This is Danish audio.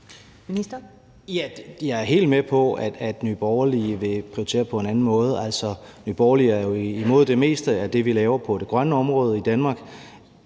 Jeg er helt med på, at Nye Borgerlige vil prioritere på en anden måde. Nye Borgerlige er jo imod det meste af det, vi laver på det grønne område i Danmark.